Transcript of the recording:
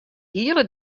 hiele